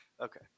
Okay